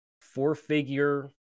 four-figure